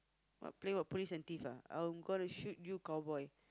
what play what police and thief ah I'm gonna shoot you cowboy